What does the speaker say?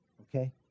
okay